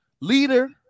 Leader